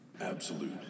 Absolute